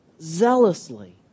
zealously